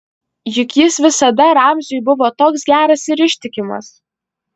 juk jis visada ramziui buvo toks geras ir ištikimas